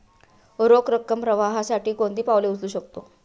रोख रकम प्रवाहासाठी कोणती पावले उचलू शकतो?